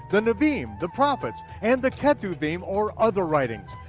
the neviim, the prophets and the ketuvim or other writings,